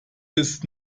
bis